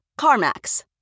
CarMax